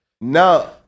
Now